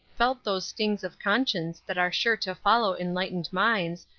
felt those stings of conscience that are sure to follow enlightened minds,